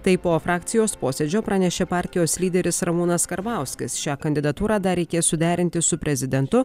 tai po frakcijos posėdžio pranešė partijos lyderis ramūnas karbauskis šią kandidatūrą dar reikės suderinti su prezidentu